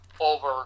over